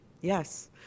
Yes